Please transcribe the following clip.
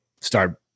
start